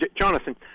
Jonathan